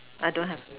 I don't have